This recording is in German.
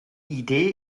idee